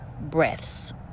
breaths